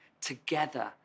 Together